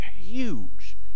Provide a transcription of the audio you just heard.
huge